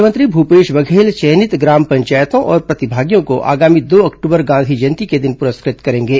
मुख्यमंत्री भूपेश बघेल चयनित ग्राम पंचायतों और प्रतिभागियों को आगामी दो अक्टूबर गांधी जयंती के दिन पुरस्कृत करेंगे